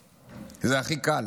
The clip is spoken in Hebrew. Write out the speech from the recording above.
זה הכי קל,